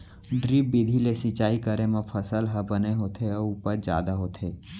drip बिधि ले सिंचई करे म फसल ह बने होथे अउ उपज जादा होथे